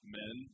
men